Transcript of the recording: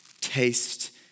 Taste